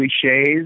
cliches